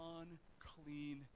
unclean